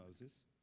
Moses